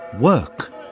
work